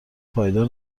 پایدار